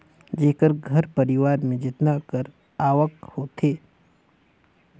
जेकर घर परिवार में जेतना कर आवक होथे ओकर हिसाब ले मइनसे हर अपन संपत्ति ल बनावत जाथे